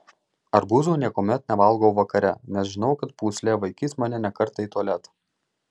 arbūzų niekuomet nevalgau vakare nes žinau kad pūslė vaikys mane ne kartą į tualetą